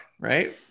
Right